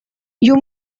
you